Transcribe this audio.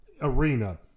arena